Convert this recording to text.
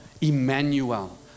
Emmanuel